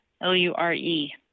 L-U-R-E